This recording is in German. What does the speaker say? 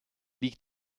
liegt